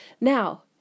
Now